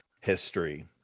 history